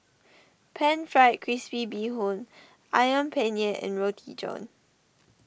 Pan Fried Crispy Bee Hoon Ayam Penyet and Roti John